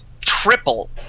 triple